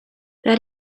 that